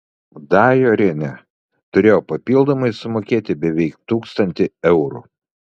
dajorienė turėjo papildomai sumokėti beveik tūkstantį eurų